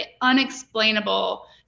unexplainable